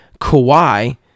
Kawhi